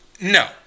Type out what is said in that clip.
No